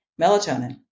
melatonin